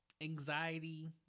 anxiety